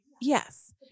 yes